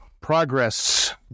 progress